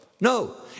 No